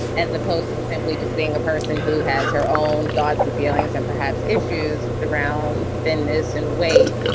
as opposed to simply just being a person who has her own thoughts and feelings and perhaps issues around thinness and weight,